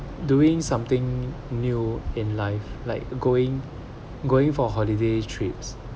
doing something new in life like going going for holiday trips